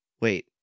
Wait